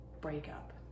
breakup